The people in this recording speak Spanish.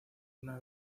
una